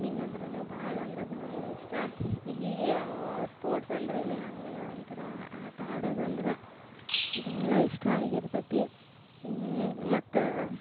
running ಅಂದ್ರೂ ಭಾಳ ಅಂದ್ರೆ ಭಾಳ ಇಷ್ಟ ಹೀಗೆ ಸ್ಪೋರ್ಟ್ಸ್ಸಂದ್ರೇನೇ ಹಾಗಲ್ವ ಒಂಥರ ಆಟ ಆಡೋದಂದ್ರೆ ಭಾಳ ಇಷ್ಟ ಆಗಿರ್ತೈತಿ ಮತ್ತು